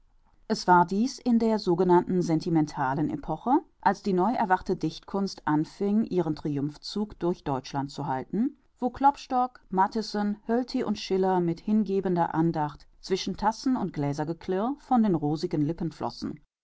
es war dies in der sogenannten sentimentalen epoche als die neuerwachte dichtkunst anfing ihren triumphzug durch deutschland zu halten wo klopstock matthissen hölty und schiller mit hingebender andacht zwischen tassen und gläsergeklirr von den rosigen lippen flossen